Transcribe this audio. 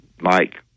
Mike